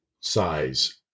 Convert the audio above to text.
size